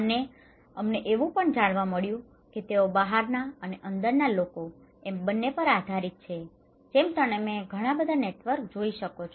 અને અમને એવું પણ જાણવા મળ્યું કે તેઓ બહારના અને અંદરના લોકો એમ બંને પર આધારિત છે જેમ તમે ઘણા બધા નેટવર્ક જોઈ શકો છો